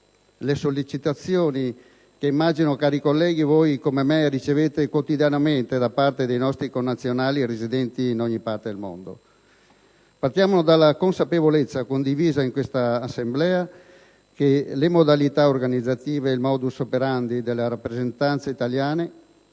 le sollecitazioni che immagino, cari colleghi, anche voi, come me, ricevete quotidianamente da parte dei nostri connazionali residenti in ogni parte del mondo. Partiamo dalla consapevolezza, condivisa in questa Assemblea, che le modalità organizzative ed il *modus operandi* delle rappresentanze italiane